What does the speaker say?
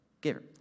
giver